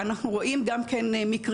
אנחנו רואים גם מקרים,